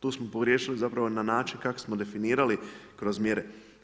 Tu smo pogriješili zapravo na način kako smo definirali kroz mjere.